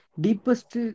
deepest